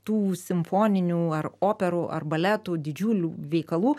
tų simfoninių ar operų ar baletų didžiulių veikalų